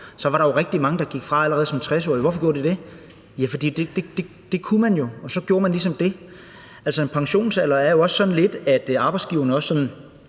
var der jo rigtig mange, der gik fra allerede som 60-årige. Hvorfor gjorde de det? Ja, fordi det kunne man jo, og så gjorde man ligesom det. Altså, med en pensionsalder er det jo også sådan lidt, også fra arbejdsgiverens side,